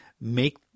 make